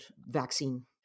vaccine